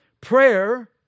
Prayer